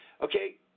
Okay